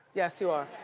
yes, yes,